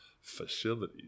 facilities